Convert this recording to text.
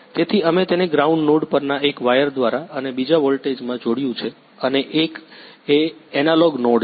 તેથી અમે તેને ગ્રાઉન્ડ નોડ પરના એક વાયર દ્વારા અને બીજા વોલ્ટેજમાં જોડ્યું છે અને એક એ n એનાલોગ નોડ છે